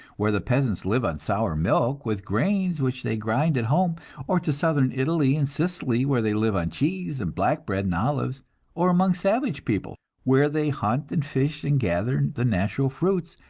where the peasants live on sour milk, with grains which they grind at home or to southern italy and sicily, where they live on cheese and black bread and olives or among savage people, where they hunt and fish and gather the natural fruits,